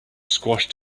squashed